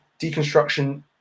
deconstruction